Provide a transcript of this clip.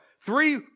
Three